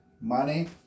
Money